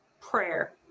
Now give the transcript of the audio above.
prayer